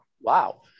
Wow